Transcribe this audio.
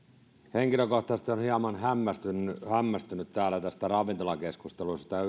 henkilökohtaisesti olen hieman hämmästynyt hämmästynyt täällä tästä ravintolakeskustelusta